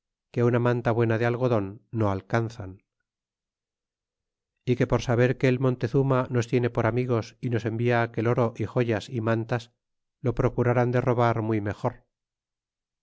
que una manta buena de algodon no alanzan é que por saber que el montezuma nos tiene por amigos y nos envia aquel oro y joyas y mantas lo procuraran de robar muy mejor